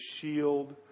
shield